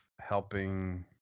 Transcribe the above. helping